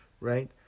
right